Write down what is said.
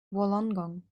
wollongong